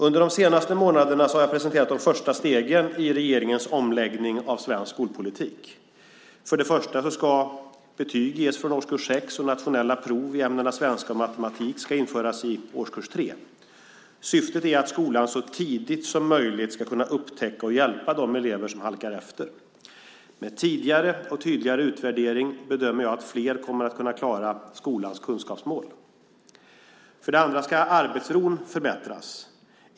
Under de senaste månaderna har jag presenterat de första stegen i regeringens omläggning av svensk skolpolitik. För det första ska betyg ges från årskurs 6, och nationella prov i ämnena svenska och matematik ska införas i årskurs 3. Syftet är att skolan så tidigt som möjligt ska kunna upptäcka och hjälpa de elever som halkar efter. Med tidigare och tydligare utvärdering bedömer jag att fler kommer att klara skolans kunskapsmål. För det andra ska arbetsron förbättras.